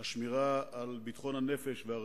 השמירה על ביטחון הנפש והרכוש.